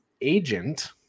agent